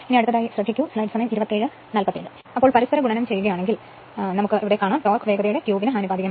അതിനർത്ഥം ക്രോസ് ഗുണിച്ച് ടോർക്ക് വേഗതയുടെ ക്യൂബിന് ആനുപാതികമാണ്